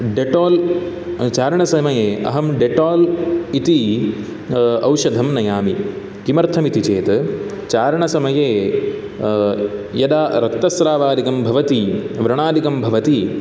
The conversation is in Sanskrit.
डेटाल् चारणसमये अहं डेटाल् इति औषधं नयामि किमर्थमिति चेत् चारणसमये यदा रक्तस्रावादिकं भवति व्रणादिकं भवति